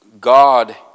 God